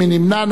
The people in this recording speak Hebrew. מי נמנע?